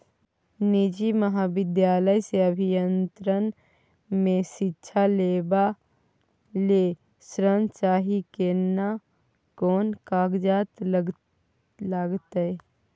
निजी महाविद्यालय से अभियंत्रण मे शिक्षा लेबा ले ऋण चाही केना कोन कागजात लागतै?